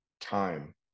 time